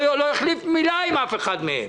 לא החליף מילה עם אף אחד מהם.